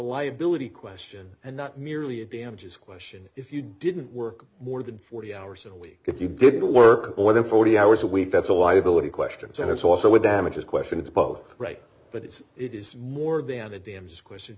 liability question and not merely a damages question if you didn't work more than forty hours a week if you didn't work more than forty hours a week that's a liability questions and it's also a damages question it's both right but it's it is more than a dam